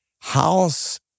house